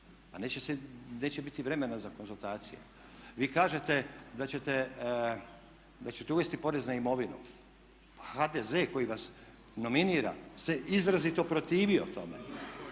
se, neće biti vremena za konzultacije. Vi kažete da ćete uvesti porez na imovinu. Pa HDZ koji vas nominira se izrazito protivio tome,